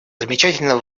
замечательно